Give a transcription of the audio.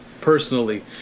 personally